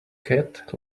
cat